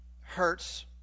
hurts